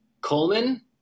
Coleman